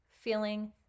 Feeling